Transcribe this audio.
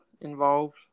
involved